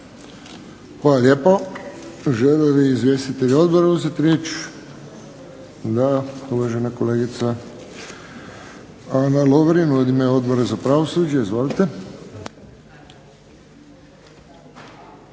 Hvala lijepo. Žele li izvjestitelji odbora uzeti riječ? Da. Uvažena kolegica Ana Lovrin u ime Odbora za pravosuđe. Izvolite.